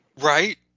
right